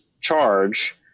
charge